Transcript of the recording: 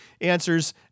answers